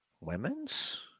Women's